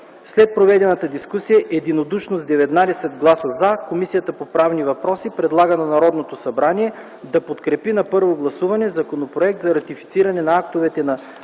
След проведената дискусия единодушно с 19 гласа „за” Комисията по правни въпроси предлага на Народното събрание да подкрепи на първо гласуване Законопроект за ратифициране на актове на